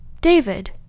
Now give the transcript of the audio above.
David